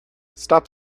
stop